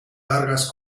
largas